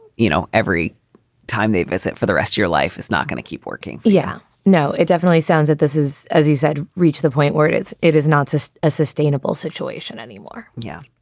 you know, every time they visit for the rest of your life is not going to keep working yeah, no definitely sounds that this is, as he said, reach the point where it is. it is not just a sustainable situation anymore yeah.